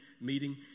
meeting